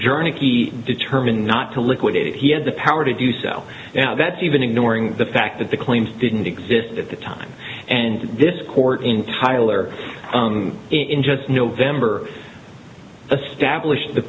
journey determined not to liquidate it he had the power to do so now that's even ignoring the fact that the claims didn't exist at the time and this court in tyler in just november a stablished the